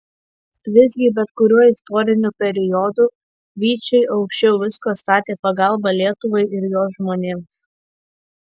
visgi bet kuriuo istoriniu periodu vyčiai aukščiau visko statė pagalbą lietuvai ir jos žmonėms